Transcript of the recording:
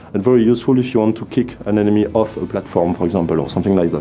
and very useful if you want to kick an enemy off a platform, for example, or something like that.